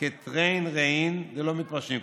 כתרין רעין דלא מתפרשין,